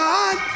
God